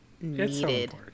needed